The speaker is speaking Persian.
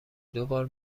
دوبار